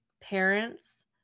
parents